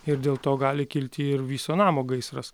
ir dėl to gali kilti ir viso namo gaisras